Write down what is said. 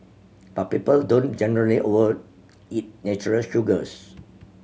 but people don't generally overeat natural sugars